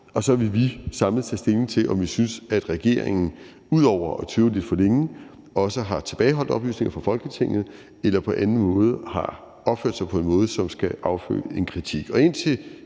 og så vil vi samlet tage stilling til, om vi synes, at regeringen ud over at tøve lidt for længe også har tilbageholdt oplysninger for Folketinget eller på anden måde har opført sig på en måde, som skal afføde en kritik.